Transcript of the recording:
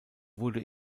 wurde